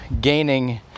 gaining